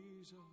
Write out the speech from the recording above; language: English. Jesus